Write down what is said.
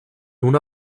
una